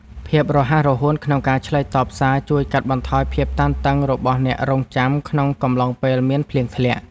ភាពរហ័សរហួនក្នុងការឆ្លើយតបសារជួយកាត់បន្ថយភាពតានតឹងរបស់អ្នករង់ចាំក្នុងកំឡុងពេលមានភ្លៀងធ្លាក់។